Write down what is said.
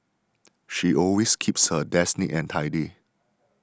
she always keeps her desk neat and tidy